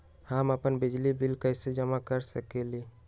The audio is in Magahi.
हम अपन बिजली बिल कैसे जमा कर सकेली?